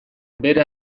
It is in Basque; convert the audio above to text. bere